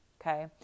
Okay